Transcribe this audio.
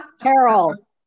Carol